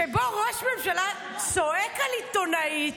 שבו ראש ממשלה צועק על עיתונאית: